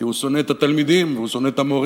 כי הוא שונא את התלמידים, והוא שונא את המורים,